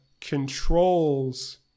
controls